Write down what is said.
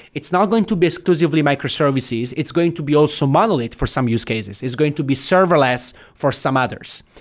it's not going to be exclusively microservices. it's going to be also monolith for some use cases. it's going to be serverless for some others.